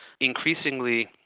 increasingly